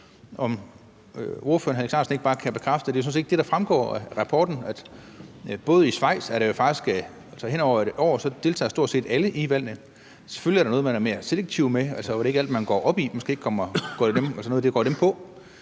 Kan ordføreren, hr. Alex Ahrendtsen, bekræfte, at det sådan set ikke er det, der fremgår af rapporten? I Schweiz er det sådan, at hen over et år deltager stort set alle i valgene. Selvfølgelig er der noget, man er mere selektiv med, altså at det ikke er alt, man går op i eller er noget, der går